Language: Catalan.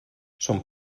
son